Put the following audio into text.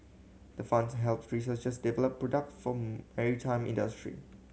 the funds helps researchers develop product from maritime industry